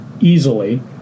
easily